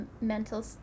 mental